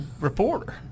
reporter